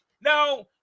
Now